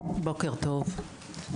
בוקר טוב.